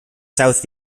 south